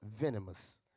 venomous